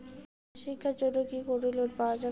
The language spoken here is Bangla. শিক্ষার জন্যে কি কোনো লোন পাওয়া যাবে?